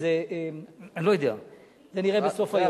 אז אני לא יודע, נראה בסוף היום.